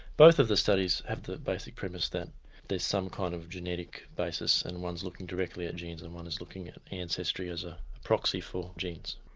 both of the studies have the basic premise that there's some kind of genetic basis and one is looking directly at genes and one is looking at ancestry as a proxy for genes.